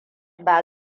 ba